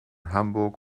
hamburg